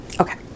okay